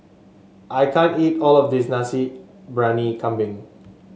I can't eat all of this Nasi Briyani Kambing